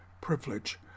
privilege